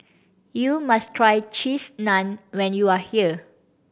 you must try Cheese Naan when you are here